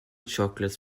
chocolates